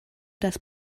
das